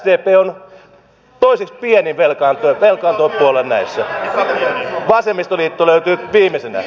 sdp on toiseksi pienin velkaantujapuolue näissä vasemmistoliitto löytyy viimeisenä